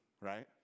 right